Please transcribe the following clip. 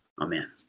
Amen